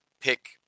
pick –